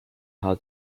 how